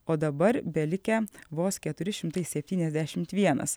o dabar belikę vos keturi šimtai septyniasdešimt vienas